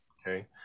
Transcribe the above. Okay